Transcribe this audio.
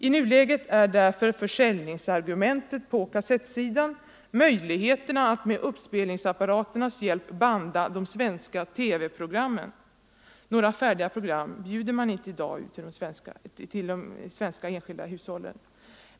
I nuläget är därför försäljningsargumentet på kassettsidan möjligheterna att med uppspelningsapparaternas hjälp banda de svenska TV-programmen. Några färdiga program bjuder man i dag inte ut till de enskilda hushållen.